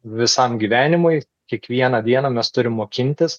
visam gyvenimui kiekvieną dieną mes turim mokintis